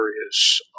areas